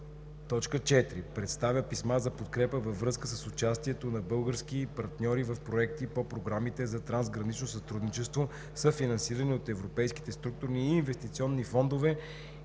органи; 4. представя писма за подкрепа във връзка с участието на български партньори в проекти по програмите за трансгранично сътрудничество, съфинансирани от европейските структурни и инвестиционни фондове